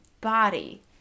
body